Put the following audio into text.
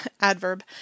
adverb